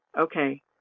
okay